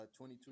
22